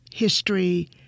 history